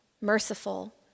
merciful